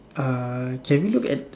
uh can we look at